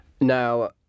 Now